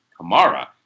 Kamara